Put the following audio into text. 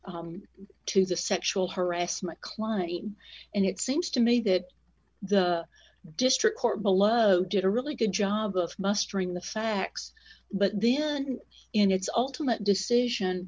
to the sexual harassment kleinian and it seems to me that the district court below did a really good job of mustering the facts but then in its alternate decision